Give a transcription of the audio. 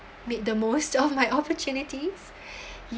made the most of my opportunities